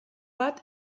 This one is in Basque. bat